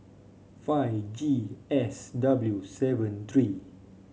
five G S W seven three